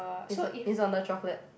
is on is on the chocolate